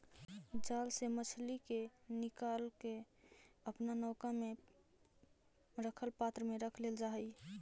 जाल से मछली के निकालके अपना नौका में रखल पात्र में रख लेल जा हई